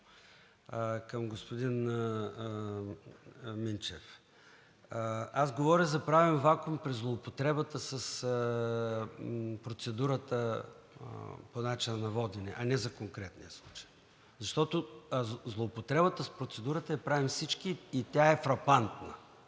Към господин Минчев. Аз говоря за правен вакуум при злоупотребата с процедурата „По начина на водене“, а не за конкретния случай, защото злоупотребата с процедурата я правим всички и тя е фрапантна,